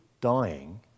dying